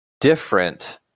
different